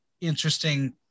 interesting